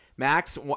Max